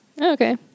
Okay